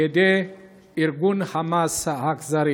בידי ארגון "חמאס" האכזרי.